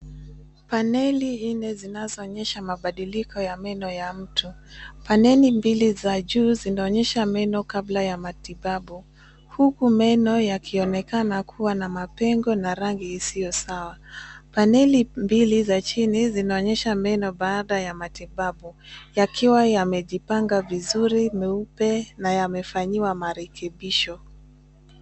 Paneli nne zinazonyesha mabadiliko ya meno ya mtu. Paneli mbili za juu zinaonyesha meno kabla ya matibabu, huku meno yanaonekana kuwa na mapengo na rangi isiyo sawa. Paneli mbili za chini zinaonyesha meno baada ya matibabu, yakiwa yamejipanga vizuri, meupe, na yamefanyiwa marekebisho.